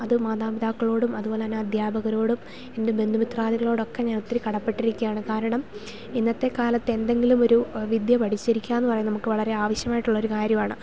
അത് മാതാപിതാക്കളോടും അതുപോലെ തന്നെ അധ്യാപകരോടും എൻ്റെ ബന്ധുമിത്രാദികളോടൊക്കെ ഞാൻ ഒത്തിരി കടപ്പെട്ടിരിക്കുകയാണ് കാരണം ഇന്നത്തേ കാലത്ത് എന്തെങ്കിലും ഒരു വിദ്യ പഠിച്ചിരിക്കുക എന്നു പറയുന്നത് നമുക്ക് വളരെ ആവശ്യമായിട്ടുള്ള ഒരു കാര്യമാണ്